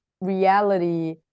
reality